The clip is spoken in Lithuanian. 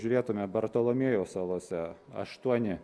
žiūrėtume bartolomėjaus salose aštuoni